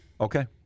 Okay